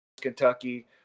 Kentucky